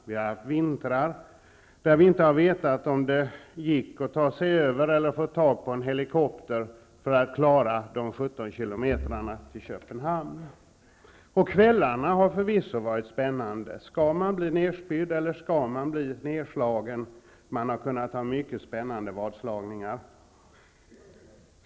Vi har haft vintrar där vi inte har vetat om det gick att ta sig över eller få tag på en helikopter för att klara de 17 kilometrarna till Kvällarna har förvisso varit spännande -- skall man bli nerspydd eller skall man bli nedslagen? Man har kunnat ha många spännande vadslagningar.